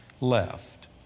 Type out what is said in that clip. left